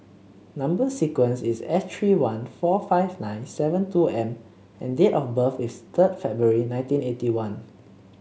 number sequence is S three one four five nine seven two M and date of birth is third February nineteen eighty one